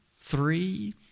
three